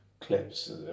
Clips